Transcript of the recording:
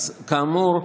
אז כאמור,